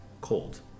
cold